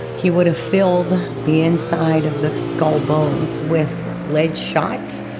he would have filled the inside of the skull bones with lead shot,